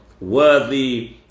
worthy